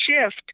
shift